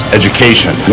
education